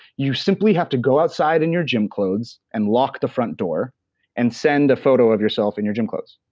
you simply have to go outside in your gym clothes and lock the front door and send a photo of yourself in your gym clothes.